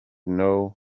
know